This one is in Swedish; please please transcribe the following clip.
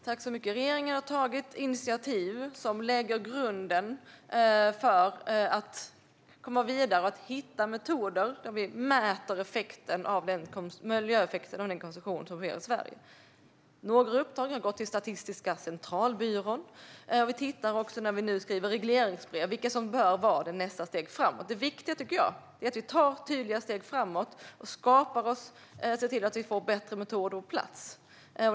Herr talman! Regeringen har tagit initiativ som lägger grunden för att komma vidare och hitta metoder där vi mäter miljöeffekten av den konsumtion som sker i Sverige. Några av uppdragen har gått till Statistiska centralbyrån. När vi nu skriver regleringsbrev tittar vi på vilka som bör ta nästa steg framåt. Det viktiga är att vi tar tydliga steg framåt och ser till att vi får bättre metoder på plats.